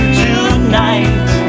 tonight